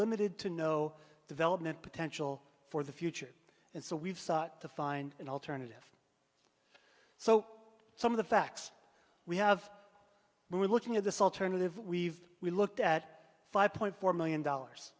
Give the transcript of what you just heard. limited to no development potential for the future and so we've sought to find an alternative so some of the facts we have we're looking at this alternative we've looked at five point four million dollars